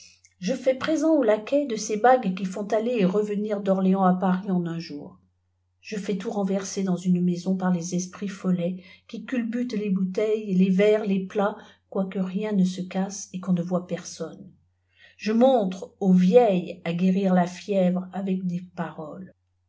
je fais présent aux laquais de ces baa gués qui font aller et revenir d'orléans à paris en un jour je c fais tout renverser dans une maison par les esprits follets qui culbutent les bouteilles les verres les plats quoique rien ne se casse et qu'on ne voie personne je montre aux vieil leâ à guérir la bèvre avec des paroles